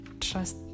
trust